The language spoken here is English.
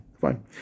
Fine